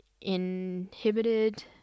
inhibited